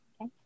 Okay